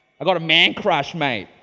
i've got a man crush, mate.